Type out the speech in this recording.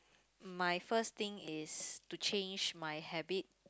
my first thing is to change my habit